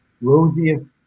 rosiest